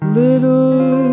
little